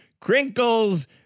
Crinkle's